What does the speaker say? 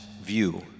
view